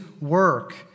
work